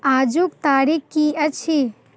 आजुक तारीख कि अछि